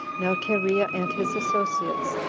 now cherea and his associates,